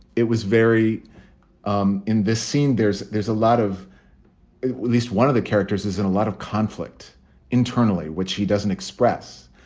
it was very um in this scene, there's there's a lot of at least one of the characters is in a lot of conflict internally, which he doesn't express,